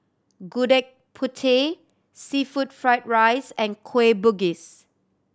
Gudeg Putih seafood fried rice and Kueh Bugis